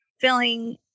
feeling